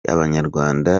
abanyarwanda